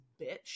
bitch